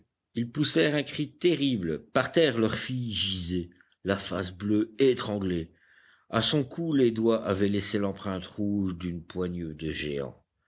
ils poussèrent un cri terrible par terre leur fille gisait la face bleue étranglée a son cou les doigts avaient laissé l'empreinte rouge d'une poigne de géant